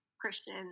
Christian